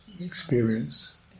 experience